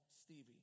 Stevie